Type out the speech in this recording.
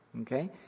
Okay